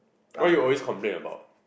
what you always complain about